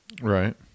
right